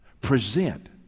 Present